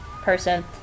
person